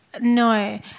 no